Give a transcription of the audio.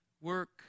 work